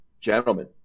gentlemen